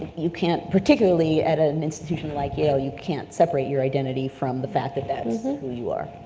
you can't particularly at an institution like yale, you can't separate your identity from the fact that that's who you are.